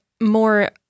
more